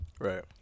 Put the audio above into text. Right